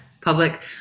public